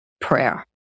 prayer